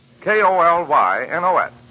K-O-L-Y-N-O-S